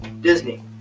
Disney